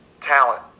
talent